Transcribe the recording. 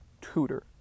tutor